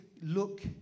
look